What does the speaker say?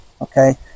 okay